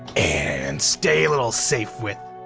and stay a little safe with.